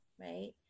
right